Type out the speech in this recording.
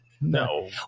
No